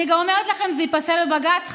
אני גם אומרת לכם, זה ייפסל בבג"ץ.